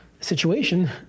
situation